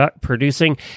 producing